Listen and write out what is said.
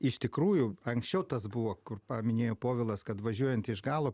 iš tikrųjų anksčiau tas buvo kur paminėjo povilas kad važiuojant iš galo